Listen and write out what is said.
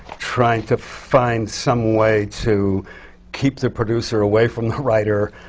trying to find some way to keep the producer away from the writer,